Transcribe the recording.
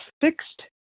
fixed